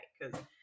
because-